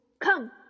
Come